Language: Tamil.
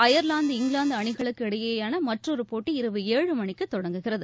அயர்லாந்து இங்கிலாந்து அணிகளுக்கு இடையேயான மற்றொரு போட்டி இரவு ஏழு மணிக்கு தொடங்குகிறது